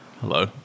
hello